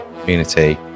community